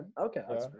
okay